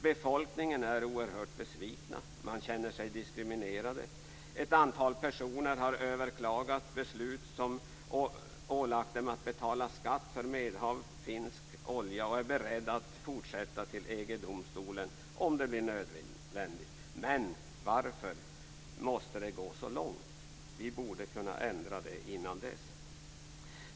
Befolkningen är oerhört besviken. Man känner sig diskriminerad. Ett antal personer har överklagat beslut som ålagt dem att betala skatt för medhavd finsk olja och är beredda att fortsätta till EG-domstolen om det blir nödvändigt. Men varför måste det gå så långt? Vi borde kunna ändra det här innan dess.